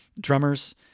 drummers